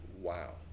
wow